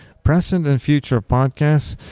present and future podcast?